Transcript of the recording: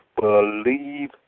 believe